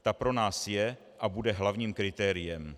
Ta pro nás je a bude hlavním kritériem.